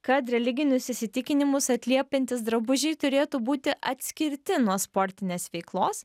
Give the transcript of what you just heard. kad religinius įsitikinimus atliepiantys drabužiai turėtų būti atskirti nuo sportinės veiklos